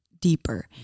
deeper